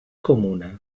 comuna